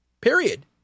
period